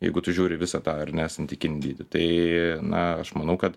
jeigu tu žiūri visą tą ar ne santykinį dydį tai na aš manau kad